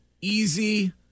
easy